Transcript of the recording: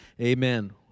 amen